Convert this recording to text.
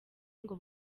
ngo